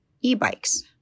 e-bikes